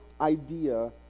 idea